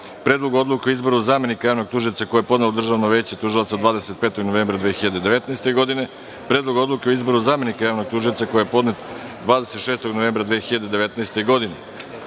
Predlogu odluke o izboru zamenika javnog tužioca koji je podnelo Državno veće tužilaca, od 25. novembra 2019. godine; Predlogu odluke o izboru zamenika javnog tužioca, koji je podnet 26. novembra 2019. godine. Drugi